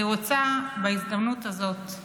אני רוצה בהזדמנות הזאת,